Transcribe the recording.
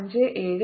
01sin50t x14 0